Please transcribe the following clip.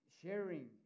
sharing